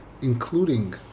including